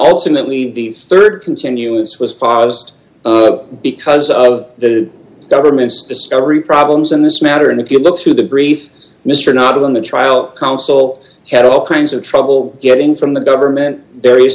ultimately the rd continues was father sed because of the government's discovery problems in this matter and if you look through the brief mr not in the trial counsel had all kinds of trouble getting from the government various